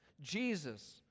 Jesus